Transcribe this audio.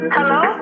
Hello